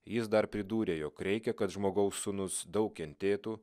jis dar pridūrė jog reikia kad žmogaus sūnus daug kentėtų